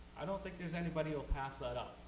i don't think there's anybody who'll pass that up.